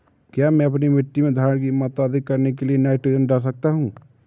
क्या मैं अपनी मिट्टी में धारण की मात्रा अधिक करने के लिए नाइट्रोजन डाल सकता हूँ?